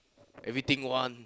everything want